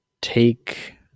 take